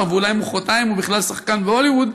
ואולי מחרתיים הוא בכלל שחקן בהוליווד,